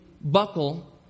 buckle